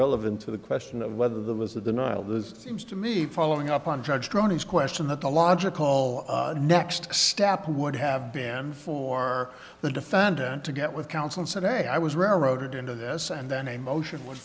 relevant to the question of whether there was a denial this seems to me following up on judge cronies question that the logical next step would have been for the defendant to get with counsel said hey i was railroaded into this and then a motion